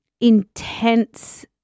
Intense